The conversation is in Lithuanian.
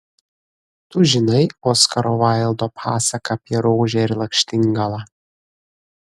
tu žinai oskaro vaildo pasaką apie rožę ir lakštingalą